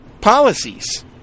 policies